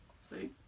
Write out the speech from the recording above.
See